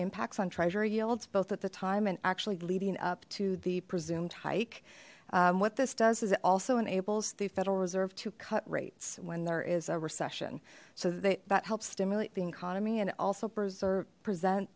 impacts on treasury yields both at the time and actually leading up to the presumed hike what this does is it also enables the federal reserve to cut rates when there is a recession so that helps stimulate the economy and also prese